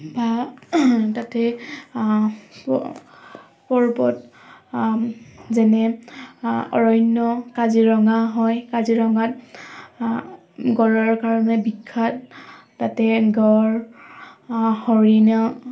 বা তাতে পৰ্বত যেনে অৰণ্য কাজিৰঙা হয় কাজিৰঙাত গঁড়ৰ কাৰণে বিখ্যাত তাতে গঁড় হৰিণ